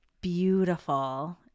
beautiful